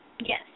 Yes